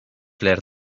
leer